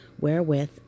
wherewith